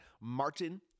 Martin